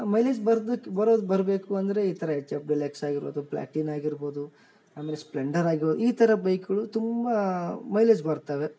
mileage ಬರ್ದಕ್ಕೆ ಬರೋದು ಬರಬೇಕು ಅಂದರೆ ಈ ಥರ ಎಚ್ ಎಫ್ ಡಿಲೆಕ್ಸ್ ಆಗಿರೋದು ಪ್ಲ್ಯಾಟಿನ್ ಆಗಿರ್ಬೋದು ಆಮೇಲೆ ಸ್ಪ್ಲೆಂಡರಾಗು ಈ ಥರ ಬೈಕ್ಗಳು ತುಂಬ ಮೈಲೇಜ್ ಬರ್ತವೆ